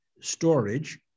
storage